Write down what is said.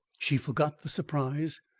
she forgot the surprise,